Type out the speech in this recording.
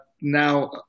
now